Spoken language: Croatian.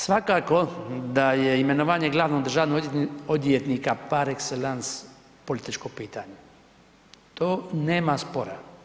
Svakako da je imenovanje glavnog državnog odvjetnika par excellence političko pitanje, to nema spora.